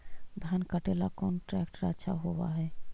धान कटे ला कौन ट्रैक्टर अच्छा होबा है?